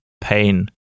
pain